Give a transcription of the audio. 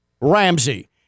Ramsey